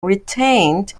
retained